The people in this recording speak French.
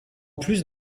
plus